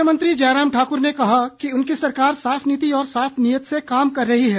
मुख्यमंत्री जयराम ठाकुर ने कहा कि उनकी सरकार साफ नीति और साफ नीयत से काम कर रही है